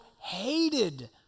hated